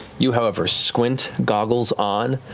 you, however, squint, goggles on,